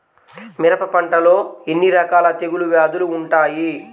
మిరప పంటలో ఎన్ని రకాల తెగులు వ్యాధులు వుంటాయి?